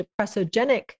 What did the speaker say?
depressogenic